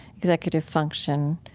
executive function,